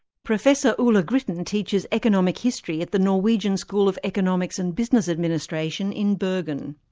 professor ola grytten teaches economic history at the norwegian school of economics and business administration in bergen.